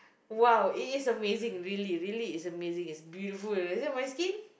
!wow! it is amazing really really it's amazing it's beautiful you see my skin